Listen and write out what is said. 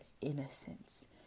innocence